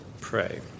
pray